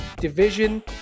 division